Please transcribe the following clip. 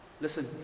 Listen